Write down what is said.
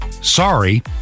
Sorry